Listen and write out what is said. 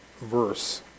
verse